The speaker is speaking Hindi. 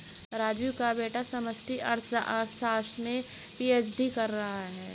राजू का बेटा समष्टि अर्थशास्त्र में पी.एच.डी कर रहा है